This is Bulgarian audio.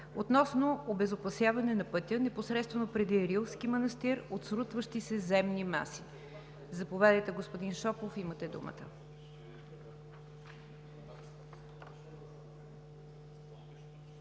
относно обезопасяване на пътя непосредствено преди Рилски манастир от срутващи се земни маси. Заповядайте, господин Шопов – имате думата.